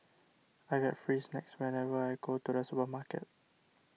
I get free snacks whenever I go to the supermarket